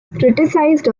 criticized